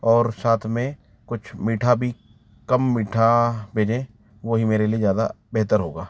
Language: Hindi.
और साथ में कुछ मीठा भी कम मीठा भेजें वही मेरे लिए ज़्यादा बेहतर होगा